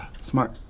Smart